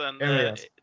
Yes